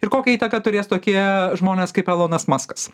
ir kokią įtaką turės tokie žmonės kaip elonas maskas